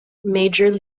major